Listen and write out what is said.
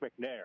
McNair